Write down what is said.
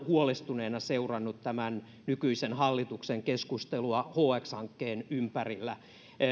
huolestuneena seurannut tämän nykyisen hallituksen keskustelua hx hankkeen ympärillä